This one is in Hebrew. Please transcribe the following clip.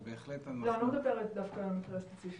לא, אני לא מדברת דווקא על מקרה הספציפי.